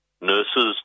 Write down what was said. nurses